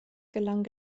gelang